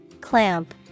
Clamp